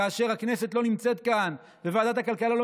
כאשר הכנסת לא נמצאת כאן וועדת הכלכלה לא